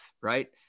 right